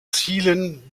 zielen